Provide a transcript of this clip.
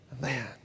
man